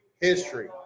history